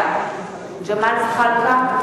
בעד ג'מאל זחאלקה,